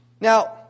Now